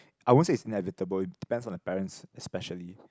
I won't say it's inevitable it depends on the parents especially